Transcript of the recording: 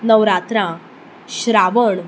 Navratra Shravan